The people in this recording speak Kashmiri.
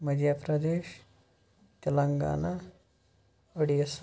مٔدھیہ پرٛدیش تِلنٛگانہ اوٚڈیٖسہ